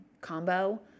combo